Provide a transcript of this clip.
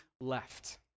left